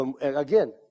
Again